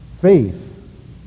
faith